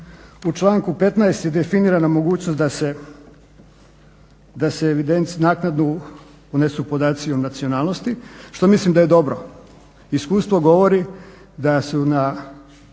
U članku 15. je definirana mogućnost da se naknadno unesu podaci o nacionalnosti što mislim da je dobro. Iskustvo govori da su na